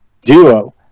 duo